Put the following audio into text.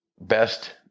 best